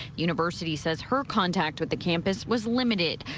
university says her contact with the campus was limited.